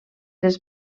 les